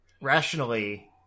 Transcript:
rationally